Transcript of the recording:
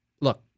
Look